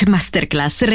Masterclass